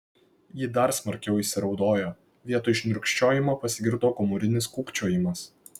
ji dar smarkiau įsiraudojo vietoj šniurkščiojimo pasigirdo gomurinis kūkčiojimas